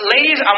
Ladies